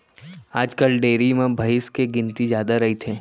आजकाल डेयरी म भईंस के गिनती जादा रइथे